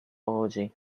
orgy